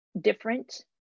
different